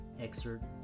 excerpt